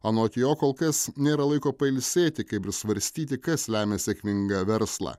anot jo kol kas nėra laiko pailsėti kaip svarstyti kas lemia sėkmingą verslą